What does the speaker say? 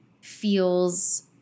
feels